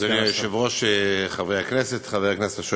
אדוני היושב-ראש, חברי הכנסת,